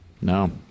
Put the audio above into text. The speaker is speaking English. No